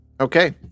okay